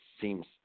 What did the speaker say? seems